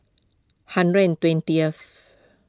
hundred and twentieth